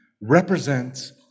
represents